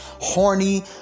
Horny